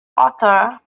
author